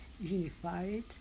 unified